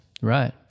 right